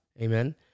amen